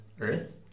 earth